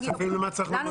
בכספים למה צריך ממלא מקום?